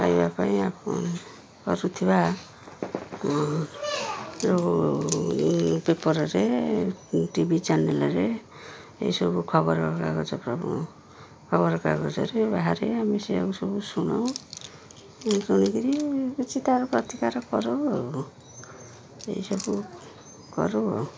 ପାଇବା ପାଇଁ ଆପଣ କରୁଥିବା ଯେଉଁ ପେପର୍ରେ ଟି ଭି ଚ୍ୟାନେଲ୍ରେ ଏଇସବୁ ଖବରକାଗଜ ଖବରକାଗଜରେ ବାହାରେ ଆମେ ସେୟାକୁ ସବୁ ଶୁଣୁ ଶୁଣିକିରି କିଛି ତାର ପ୍ରତିକାର କରୁ ଆଉ ଏସବୁ କରୁ ଆଉ